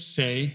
say